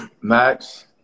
Max